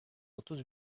otuz